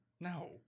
No